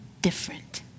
different